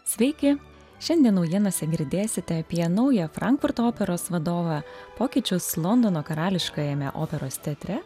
sveiki šiandien naujienose girdėsite apie naują frankfurto operos vadovą pokyčius londono karališkajame operos teatre